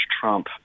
Trump